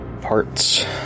parts